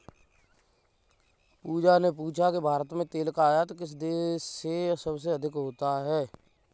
पूजा ने पूछा कि भारत में तेल का आयात किस देश से सबसे अधिक होता है?